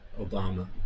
Obama